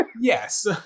Yes